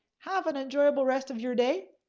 have an enjoyable rest of your day.